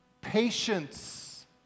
Patience